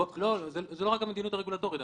זו לא רק המדיניות הרגולטורית.